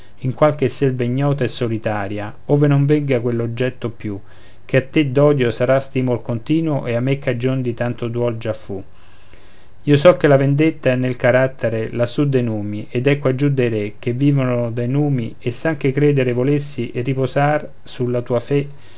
in qualche selva ignota e solitaria ove non vegga quell'oggetto più che a te d'odio sarà stimol continuo e a me cagion di tanto duol già fu io so che la vendetta è nel carattere lassù dei numi ed è quaggiù dei re che vivono da numi e s'anche credere volessi e riposar sulla tua fe